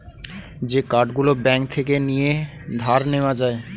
যে কার্ড গুলো ব্যাঙ্ক থেকে নিয়ে ধার নেওয়া যায়